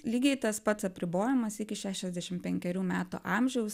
lygiai tas pats apribojimas iki šešiasdešim penkerių metų amžiaus